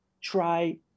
try